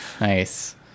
nice